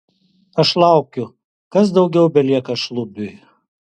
aš laukiu kas daugiau belieka šlubiui